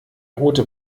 rote